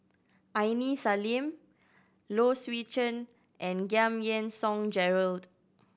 Aini Salim Low Swee Chen and Giam Yean Song Gerald